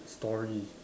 story